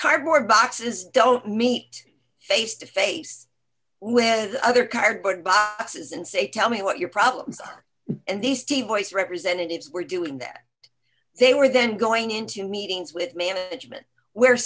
cardboard boxes don't meet face to face with other cardboard boxes and say tell me what your problems are and these steve boyce representatives were doing that they were then going into meetings with management where